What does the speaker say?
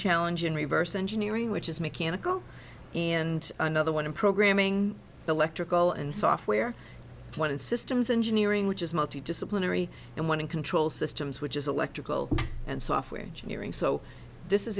challenge in reverse engineering which is mechanical and another one in programming electrical and software one in systems engineering which is multi disciplinary and one in control systems which is electrical and software engineering so this is